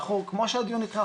כמו שהדיון נקרא,